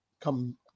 come